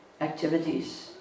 activities